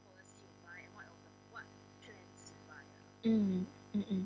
mm mm mm